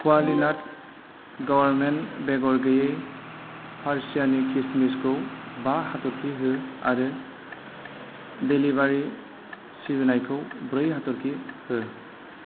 क्वालिनाट garment बेगर गैयै पारसियानि किसमिसखौ बा हाथरखि हो आरो डेलिबारि सिबिनायखौ ब्रै हाथरखि हो